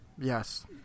Yes